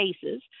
cases